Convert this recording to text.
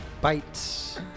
Bites